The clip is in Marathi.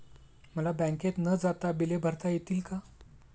मला बँकेत न जाता बिले भरता येतील का?